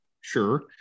sure